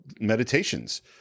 Meditations